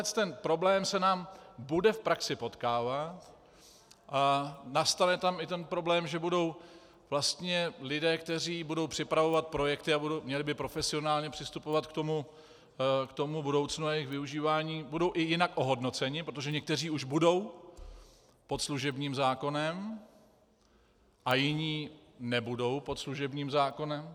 Tento problém se nám bude v praxi potkávat a nastane tam i ten problém, že vlastně lidé, kteří budou připravovat projekty a měli by profesionálně přistupovat k tomu budoucnu a i k využívání, budou i jinak ohodnoceni, protože někteří už budou pod služebním zákonem a jiní nebudou pod služebním zákonem.